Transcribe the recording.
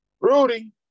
Rudy